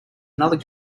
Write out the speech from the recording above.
another